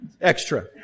Extra